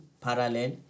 parallel